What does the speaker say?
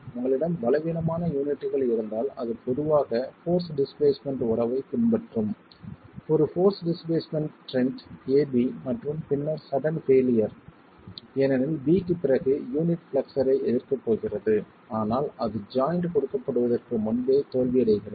உங்களிடம் பலவீனமான யூனிட்கள் இருந்தால் அது பொதுவாக போர்ஸ் டிஸ்பிளேஸ்மென்ட் உறவைப் பின்பற்றும் ஒரு force displacement trend a b மற்றும் பின்னர் சடன் பெயிலியர் ஏனெனில் b க்குப் பிறகு யூனிட் பிளெக்ஸ்ஸர் ஐ எதிர்க்கப் போகிறது ஆனால் அது ஜாய்ண்ட் கொடுக்கப்படுவதற்கு முன்பே தோல்வியடைகிறது